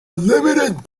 limited